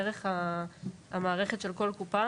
דרך המערכת של כל קופה,